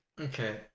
Okay